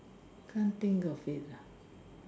can't think of it lah